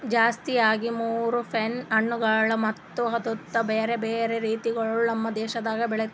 ಜಾಸ್ತಿ ಆಗಿ ಮಾರೋ ಪ್ಲಮ್ ಹಣ್ಣುಗೊಳ್ ಮತ್ತ ಅದುರ್ದು ಬ್ಯಾರೆ ಬ್ಯಾರೆ ರೀತಿಗೊಳ್ ನಮ್ ದೇಶದಾಗ್ ಬೆಳಿತಾರ್